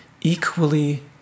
equally